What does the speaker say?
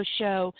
show